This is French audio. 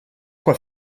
quoi